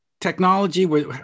technology